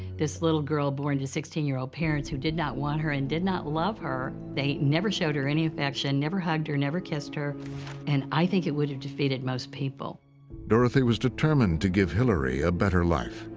this little girl born to sixteen year old parents who did not want her and did not love her they never showed her any affection, never hugged her, never kissed her and i think it would have defeated most people. narrator dorothy was determined to give hillary a better life.